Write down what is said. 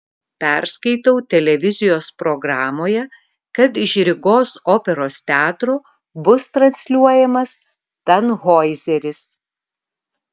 perskaitau televizijos programoje kad iš rygos operos teatro bus transliuojamas tanhoizeris